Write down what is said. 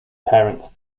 parents